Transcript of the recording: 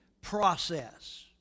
process